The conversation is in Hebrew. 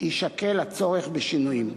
יישקל הצורך בשינויים.